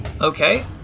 Okay